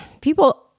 people